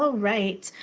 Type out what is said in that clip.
ah right.